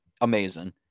amazing